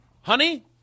honey